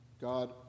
God